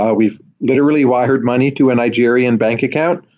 ah we've literally wired money to a nigerian bank account,